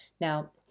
Now